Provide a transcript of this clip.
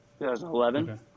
2011